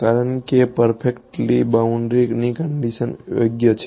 કારણ કે આ પરફેક્ટલી બાઉન્ડ્રી ની કંડીશન યોગ્ય છે